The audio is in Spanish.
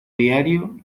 diario